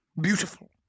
beautiful